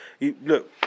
Look